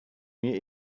mir